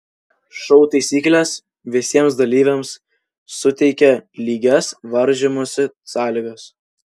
šou taisyklės visiems dalyviams suteikia lygias varžymosi sąlygas